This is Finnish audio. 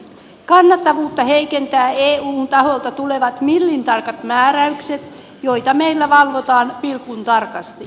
kannattavuutta heikentävät eun taholta tulevat millintarkat määräykset joita meillä valvotaan pilkuntarkasti